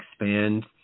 expand